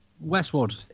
Westwood